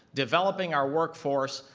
developing our workforce,